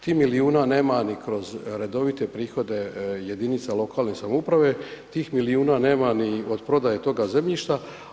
Tih milijuna nema ni kroz redovite prihode jedinica lokalne samouprave, tih milijuna nema ni od prodaje toga zemljišta.